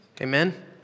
Amen